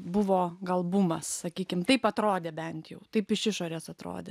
buvo gal bumas sakykime taip atrodė bent jau taip iš išorės atrodė